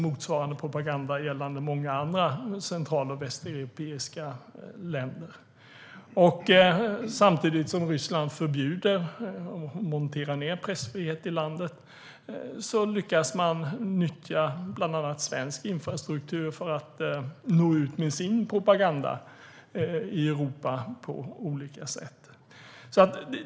Motsvarande propaganda finns gällande många andra central och västeuropeiska länder. Samtidigt som Ryssland monterar ned pressfriheten i landet lyckas man nyttja bland annat svensk infrastruktur för att nå ut med sin propaganda på olika sätt i Europa.